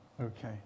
Okay